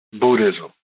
Buddhism